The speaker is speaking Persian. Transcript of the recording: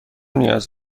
نیاز